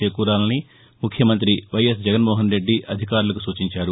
చేకూరాలని ముఖ్యమంతి వైఎస్ జగన్మోహన్ రెద్ది అధికారులకు సూచించారు